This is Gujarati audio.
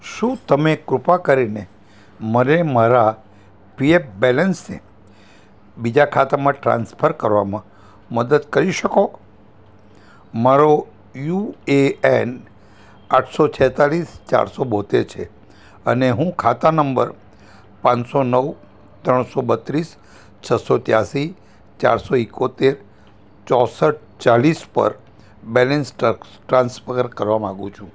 શું તમે કૃપા કરીને મને મારા પીએફ બેલેન્સને બીજા ખાતામાં ટ્રાન્સફર કરવામાં મદદ કરી શકો મારો યુએએન આઠસો છેતાલીસ ચારસો બોત્તેર છે અને હું ખાતા નંબર પાંચસો નવ ત્રણસો બત્રીસ છસો ત્યાસી ચારસો ઇકોતેર ચોસઠ ચાળીસ પર બેલેન્સ ટ્રાન્સફર કરવા માગું છું